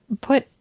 put